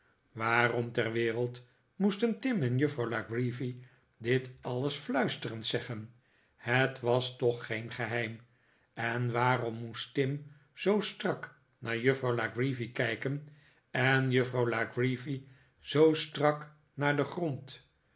waarom ter wereld moesten tim en juffrouw la creevy dit alles fluisterend zeggen het was toch geen geheim en waarom moest tim zoo strak naar juffrouw la creevy kijken en juffrouw la creevy zoo strak naar den grond